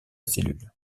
cellule